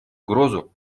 угрозу